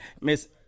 Miss